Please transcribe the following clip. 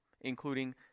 including